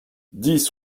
dix